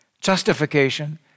Justification